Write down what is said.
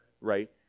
right